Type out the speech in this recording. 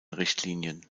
richtlinien